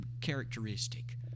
characteristic